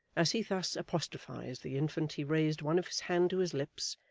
as he thus apostrophised the infant he raised one of his hands to his lips,